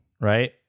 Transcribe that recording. right